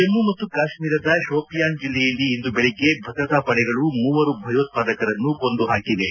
ಜಮ್ಮು ಮತ್ತು ಕಾಶ್ಮೀರದ ಶೋಪಿಯಾನ್ ಜಿಲ್ಲೆಯಲ್ಲಿ ಇಂದು ಬೆಳಗ್ಗೆ ಭದ್ರತಾ ಪಡೆಗಳು ಮೂವರು ಭಯೋತ್ಪಾದಕರನ್ನು ಕೊಂದು ಹಾಕಿವೆ